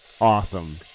Awesome